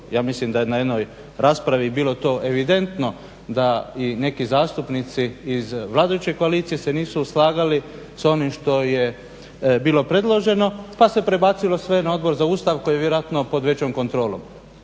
ja mislim da je na jednoj raspravi bilo to evidentno da i neki zastupnici iz vladajuće koalicije se nisu slagali s onim što je bilo predloženo pa se prebacilo sve na Odbor za Ustav koji je vjerojatno pod većom kontrolom.